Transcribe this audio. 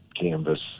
Canvas